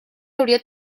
hauria